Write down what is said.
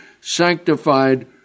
sanctified